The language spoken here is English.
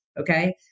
okay